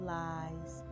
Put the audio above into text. lies